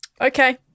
okay